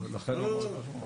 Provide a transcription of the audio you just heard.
לא, לא.